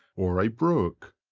or a brook,